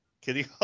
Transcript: Kitty